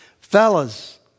fellas